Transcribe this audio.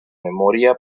memoria